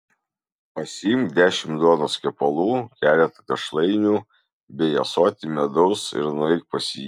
pasiimk dešimt duonos kepalų keletą tešlainių bei ąsotį medaus ir nueik pas jį